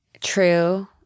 true